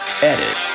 edit